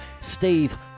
Steve